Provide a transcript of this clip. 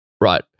right